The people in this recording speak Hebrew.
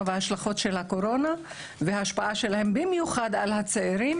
וההשלכות של הקורונה וההשפעה שלהם במיוחד על הצעירים,